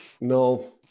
no